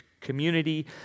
community